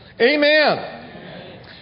Amen